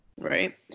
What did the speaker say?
Right